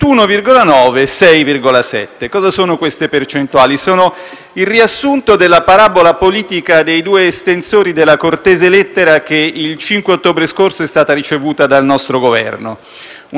il riassunto della parabola politica dei due estensori della cortese lettera che il 5 ottobre scorso è stata ricevuta dal nostro Governo, una parabola politica sulla quale domando la vostra riflessione costruttiva.